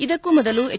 ಇದಕ್ಕೂ ಮೊದಲು ಎಚ್